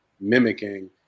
mimicking